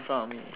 in front of me